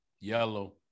Yellow